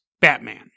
Batman